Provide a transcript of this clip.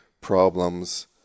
problems